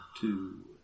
two